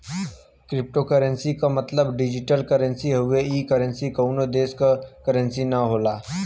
cryptocurrency क मतलब digital currency से हउवे ई करेंसी कउनो देश क करेंसी न होला